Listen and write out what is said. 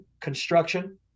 construction